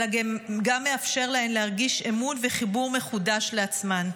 אלא גם מאפשר להן להרגיש אמון וחיבור מחודש לעצמן,